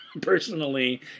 personally